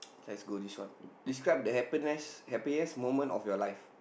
let's go this one describe the happiness happiest moment of your life